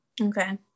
okay